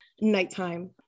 nighttime